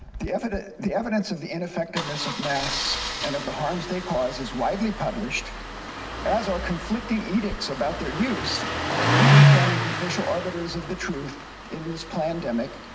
the evidence the evidence of the ineffectiveness of masks and of the harms they cause is widely published as are conflicting edicts about their use even from the official arbiters of the truth in this pandemic,